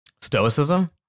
Stoicism